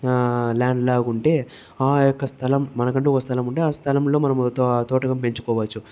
land లాగా ఉంటే ఆ యొక్క స్థలం మనకంటు ఒక స్థలం ఉంటే ఆ స్థలంలో మనము తో తోటను పెంచుకోవచ్చు